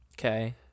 Okay